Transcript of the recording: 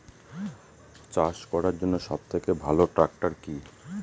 চাষ করার জন্য সবথেকে ভালো ট্র্যাক্টর কি?